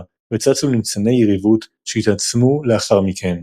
וצצו ניצני יריבות שהתעצמו לאחר מכן.